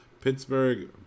Pittsburgh